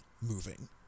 moving